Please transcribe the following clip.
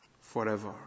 forever